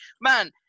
man